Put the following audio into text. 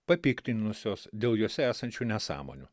papiktinusios dėl juose esančių nesąmonių